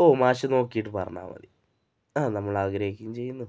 ഓ മാഷ് നോക്കിയിട്ടു പറഞ്ഞാല് മതി ആ നമ്മളാഗ്രഹിക്കുകയും ചെയ്യുന്നു